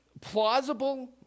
plausible